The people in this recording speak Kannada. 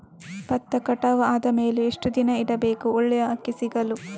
ಭತ್ತ ಕಟಾವು ಆದಮೇಲೆ ಎಷ್ಟು ದಿನ ಇಡಬೇಕು ಒಳ್ಳೆಯ ಅಕ್ಕಿ ಸಿಗಲು?